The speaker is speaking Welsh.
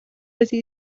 wedi